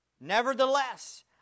Nevertheless